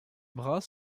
bras